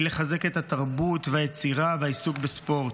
לחזק את התרבות והיצירה והעיסוק בספורט,